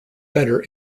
better